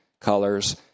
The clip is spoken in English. colors